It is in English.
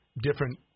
different